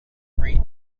read